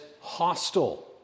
hostile